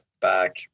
back